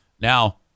Now